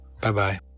Bye-bye